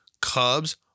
Cubs